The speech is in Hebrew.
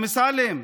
אמסלם,